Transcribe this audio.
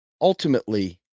ultimately